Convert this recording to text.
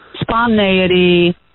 spontaneity